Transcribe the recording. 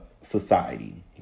society